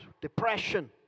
depression